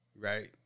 right